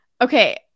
Okay